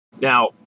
Now